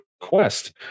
quest